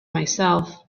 myself